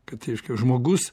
kad reiškia žmogus